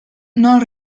non